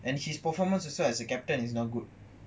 and his performance also as a captain is not good